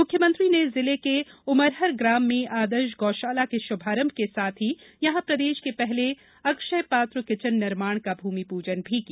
मुख्यमंत्री ने जिले के उमरहर ग्राम में आदर्श गौशाला के शुभारंभ के साथ ही यहां प्रदेश की पहले अक्षयपात्र किचन निर्माण का भूमिपूजन भी किया